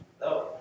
No